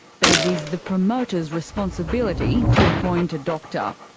but it is the promoter's responsibility to appoint a doctor.